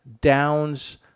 downs